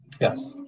Yes